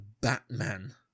Batman